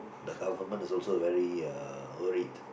the government is also very uh worried